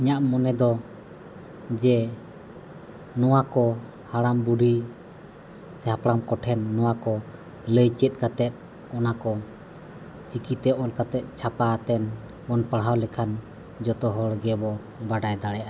ᱤᱧᱟᱹᱜ ᱢᱚᱱᱮ ᱫᱚ ᱡᱮ ᱱᱚᱣᱟ ᱠᱚ ᱦᱟᱲᱟᱢᱼᱵᱩᱰᱦᱤ ᱥᱮ ᱦᱟᱯᱲᱟᱢ ᱠᱚ ᱴᱷᱮᱱ ᱱᱚᱣᱟ ᱠᱚ ᱞᱟᱹᱭ ᱪᱮᱫ ᱠᱟᱛᱮᱫ ᱚᱱᱟ ᱠᱚ ᱪᱤᱠᱤᱛᱮ ᱚᱞ ᱠᱟᱛᱮᱫ ᱪᱷᱟᱯᱟ ᱠᱟᱛᱮᱫ ᱵᱚᱱ ᱯᱟᱲᱦᱟᱣ ᱞᱮᱠᱷᱟᱱ ᱡᱚᱛᱚ ᱦᱚᱲ ᱜᱮᱵᱚᱱ ᱵᱟᱰᱟᱭ ᱫᱟᱲᱮᱭᱟᱜᱼᱟ